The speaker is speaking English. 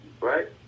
Right